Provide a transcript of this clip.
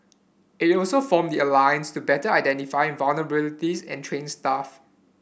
it also formed the alliance to better identify vulnerabilities and train staff